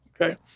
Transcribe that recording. okay